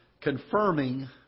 confirming